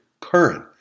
current